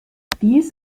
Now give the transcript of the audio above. dies